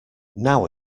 now